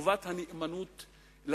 חובת הנאמנות לציבור.